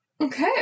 Okay